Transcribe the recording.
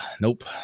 nope